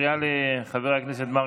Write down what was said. מפריעה לחבר הכנסת מרגי.